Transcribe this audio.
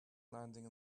landing